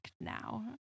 now